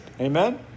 Amen